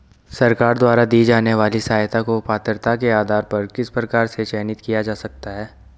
सरकार द्वारा दी जाने वाली सहायता को पात्रता के आधार पर किस प्रकार से चयनित किया जा सकता है?